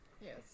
Yes